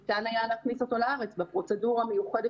ניתן היה להכניס אותו לארץ בפרוצדורה המיוחדת